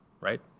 right